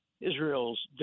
israel's